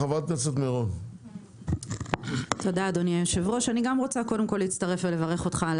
אני גם רוצה קודם כל להצטרף ולברך אותך על